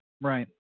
right